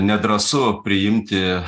nedrąsu priimti